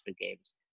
games